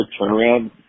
turnaround